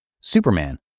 Superman